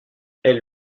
elle